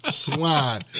swine